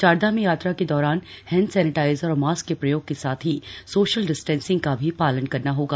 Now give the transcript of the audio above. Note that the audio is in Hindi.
चारधाम में यात्रा के दौरान हैंड सैनिटाइजर और मास्क के प्रयोग के साथ ही सोशल डिस्टेंसिंग का भी पालन करना होगा